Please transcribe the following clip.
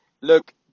look